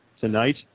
tonight